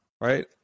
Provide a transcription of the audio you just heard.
right